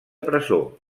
presó